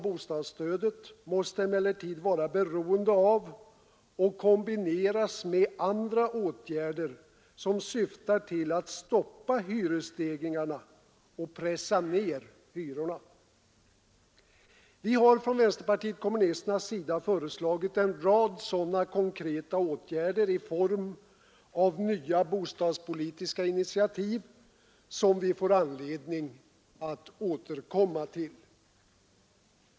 Bostadsstödet måste emellertid vara beroende av och kombineras med andra åtgärder som syftar till att stoppa hyresstegringarna och pressa ned hyrorna. Vänsterpartiet kommunisterna har föreslagit en rad sådana konkreta åtgärder i form av nya bostadspolitiska initiativ, som vi får anledning att återkomma till.